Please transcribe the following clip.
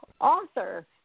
author